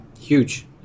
huge